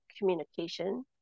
communication